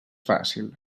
fàcil